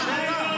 --- שאלה, מה.